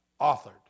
authored